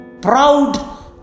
proud